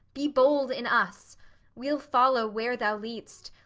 be bold in us we'll follow where thou lead'st,